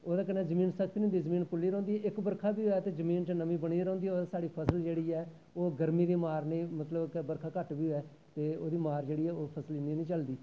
ओह्दे कन्नै जमीन सख्त नी होंदी जमीन पुल्ली रौंह्दी इक बर्खा बी बरै तां जमीन च नमीं बनी दी रौंह्दी और साढ़ी जमीन जेह्ड़ी ऐ औह् गर्मी दी मार नी मतलव बर्खा घट्ट बी होऐ ते ओह्दी मार जेह्ड़ी फसल इन्नी नी झलदी